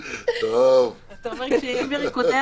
שעוסקת במקום של פעילות תרבות: " בפסקה